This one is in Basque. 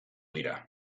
dira